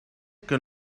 que